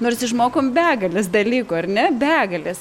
nors išmokom begales dalykų ar ne begales